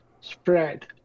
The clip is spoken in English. spread